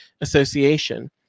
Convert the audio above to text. Association